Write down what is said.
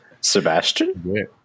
Sebastian